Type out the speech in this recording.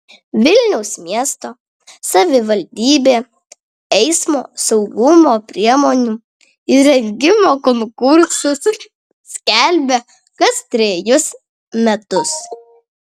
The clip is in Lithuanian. vilniaus miesto savivaldybė eismo saugumo priemonių įrengimo konkursus skelbia kas trejus metus